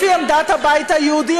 לפי עמדת הבית היהודי.